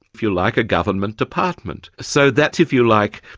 if you like, a government department so that's, if you like,